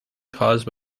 caused